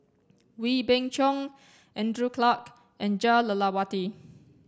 Wee Beng Chong Andrew Clarke and Jah Lelawati